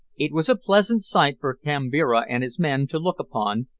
it was a pleasant sight for kambira and his men to look upon,